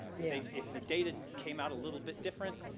yeah if the data came out a little bit different,